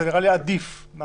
זה נראה לי עדיף על